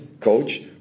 coach